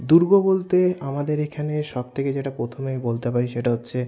দুর্গ বলতে আমাদের এইখানে সব থেকে যেটা প্রথমেই বলতে পারি সেটা হচ্ছে